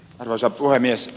arvoisa puhemies